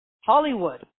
Hollywood